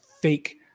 fake